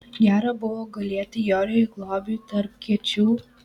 gera buvo gulėti joriui globiui tarp kiečių